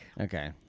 Okay